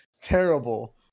Terrible